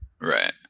Right